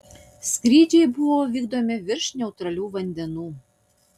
skrydžiai buvo vykdomi virš neutralių vandenų